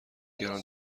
گران